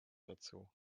dazu